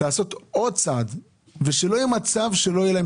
לעשות עוד צעד וגם להבטיח שלא יהיה מצב שלא יהיה להם